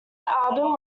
album